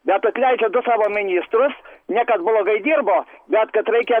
bet atleidžia du savo ministrus ne kad blogai dirbo bet kad reikia